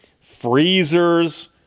freezers